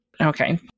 Okay